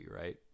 right